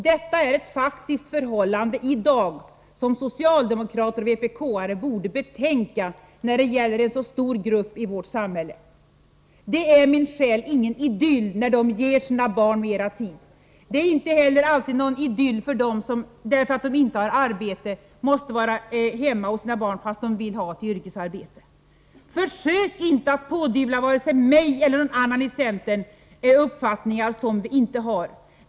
Detta är ett faktiskt förhållande i dag som socialdemokrater och vpk:are borde betänka när det gäller en så stor grupp i vårt samhälle. Det är min själ ingen idyll när de ger sina barn mer tid. Det är inte heller alltid någon idyll för dem som inte har något arbete och måste vara hemma hos sina barn trots att de vill ha ett yrkesarbete. Försök inte pådyvla mig eller någon annan i centern uppfattningar som vi inte har!